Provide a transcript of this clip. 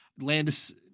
Landis